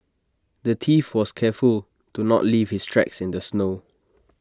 the thief was careful to not leave his tracks in the snow